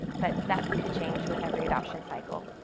but that could change with every adoption cycle.